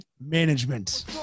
management